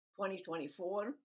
2024